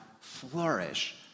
flourish